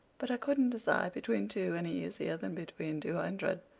but i couldn't decide between two any easier than between two hundred.